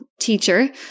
teacher